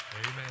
Amen